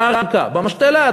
לקרקע, במשתלה.